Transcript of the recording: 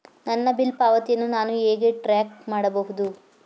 ನನ್ನ ಬಿಲ್ ಪಾವತಿಯನ್ನು ನಾನು ಹೇಗೆ ಟ್ರ್ಯಾಕ್ ಮಾಡಬಹುದು?